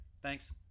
thanks